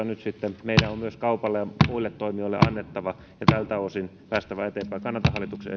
nyt sitten meidän on myös kaupalle ja muille toimijoille annettava ja tältä osin päästävä eteenpäin kannatan hallituksen